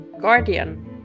Guardian